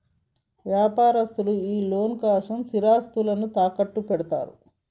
వ్యాపారస్తులు ఈ లోన్ల కోసం స్థిరాస్తిని తాకట్టుపెడ్తరు